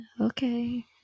Okay